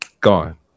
Gone